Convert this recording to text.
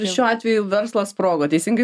šiuo atveju verslas sprogo teisingai